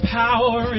power